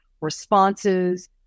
responses